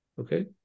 Okay